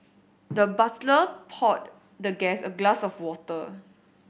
the butler poured the guest a glass of water